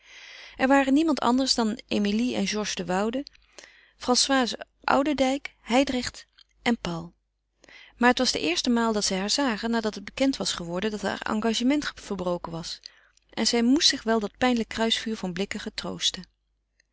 er waren niemand anders dan emilie en georges de woude françoise oudendijk hijdrecht en paul maar het was de eerste maal dat zij haar zagen nadat het bekend was geworden dat haar engagement verbroken was en zij moest zich wel dat pijnlijk kruisvuur van blikken getroosten